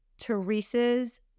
Teresa's